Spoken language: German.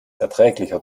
erträglicher